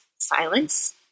silence